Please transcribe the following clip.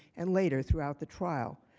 and later throughout the trial.